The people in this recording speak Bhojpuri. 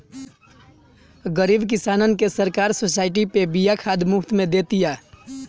गरीब किसानन के सरकार सोसाइटी पे बिया खाद मुफ्त में दे तिया